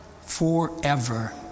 forever